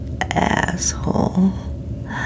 asshole